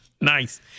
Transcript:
Nice